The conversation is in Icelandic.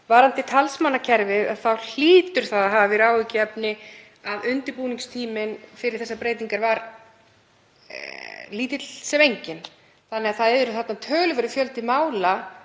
Varðandi talsmannakerfið þá hlýtur það að hafa verið áhyggjuefni að undirbúningstíminn fyrir þessar breytingar var lítill sem enginn, þannig að þarna er töluverður fjöldi mála